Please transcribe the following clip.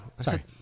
sorry